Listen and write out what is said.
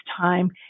time